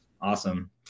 Awesome